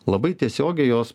labai tiesiogiai jos